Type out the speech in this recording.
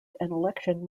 election